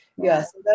yes